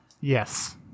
Yes